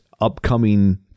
upcoming